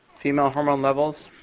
female hormone levels.